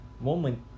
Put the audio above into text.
moment